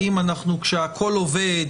כשהכול עובד,